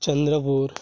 Chandrapur